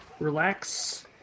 Relax